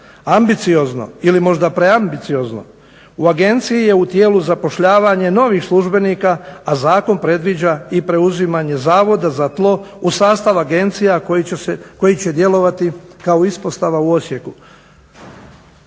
Ambiciozno ili možda preambiciozno u agenciji je u tijelu zapošljavanje novih službenika, a zakon predviđa i preuzimanje Zavoda za tlo u sastav agencije, a koji će djelovati kao ispostava u Osijeku.